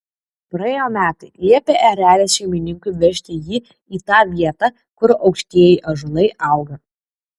praėjo metai liepė erelis šeimininkui vežti jį į tą vietą kur aukštieji ąžuolai auga